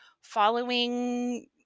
following